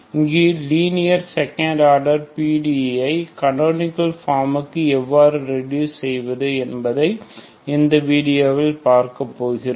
இங்கு linear second order PDE ஐ canonical form க்கு எவ்வாறு ரெடுஸ் செய்வது என்பதை இந்த வீடியோவில் பார்க்க போகிறோம்